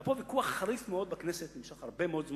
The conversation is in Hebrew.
היה פה ויכוח חריף מאוד בכנסת שנמשך הרבה מאוד זמן,